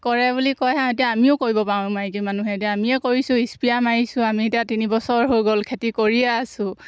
কৰে বুলি কয় আও এতিয়া আমিও কৰিব পাৰোঁ মাইকী মানুহে এতিয়া আমিয়ে কৰিছোঁ ইস্পিয়া মাৰিছোঁ আমি এতিয়া তিনি বছৰ হৈ গ'ল খেতি কৰিয়ে আছো